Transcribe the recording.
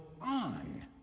on